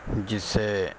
جسے